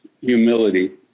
humility